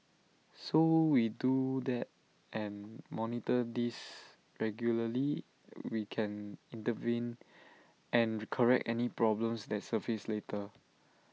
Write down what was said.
so we do that and monitor this regularly we can intervene and correct any problems that surface later